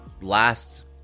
last